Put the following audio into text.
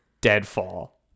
Deadfall